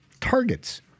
targets